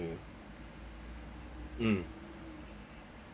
mm